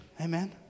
Amen